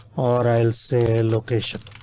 or i'll say location.